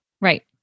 Right